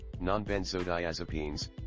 non-benzodiazepines